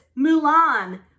Mulan